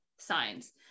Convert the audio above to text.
signs